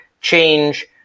change